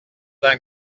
d’un